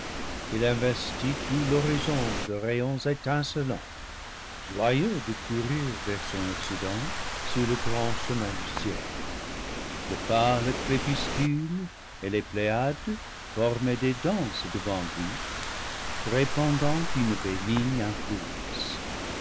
il investit tout l'horizon de rayons étin celants joyeux de courir vers son occident sur le grand che min du ciel le pâle crépuscule et les pléiades formaient des danses devant lui répandant une bénigne influence